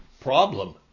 problem